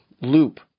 loop